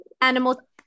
animal